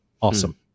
Awesome